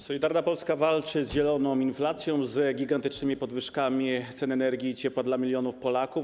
Solidarna Polska walczy z zieloną inflacją, z gigantycznymi podwyżkami cen energii i ciepła dla milionów Polaków.